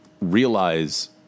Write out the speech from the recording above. realize